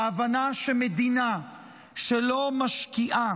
בהבנה שמדינה שלא משקיעה